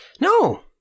No